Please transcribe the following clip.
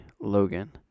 logan